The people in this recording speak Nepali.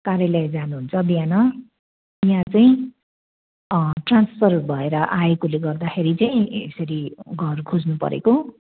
कार्यालय जानु हुन्छ बिहान यहाँ चाहिँ ट्रान्सफर भएर आएकोले गर्दाखेरि चाहिँ यसरी घर खोज्नु परेको